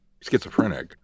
schizophrenic